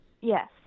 Yes